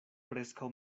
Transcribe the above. preskaŭ